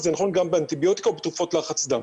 זה נכון גם באנטיביוטיקה ובתרופות לחץ דם.